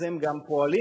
אז הם גם פועלים.